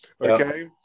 okay